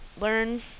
learn